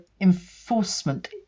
enforcement